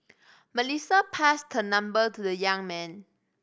Melissa passed her number to the young man